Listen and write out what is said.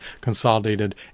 consolidated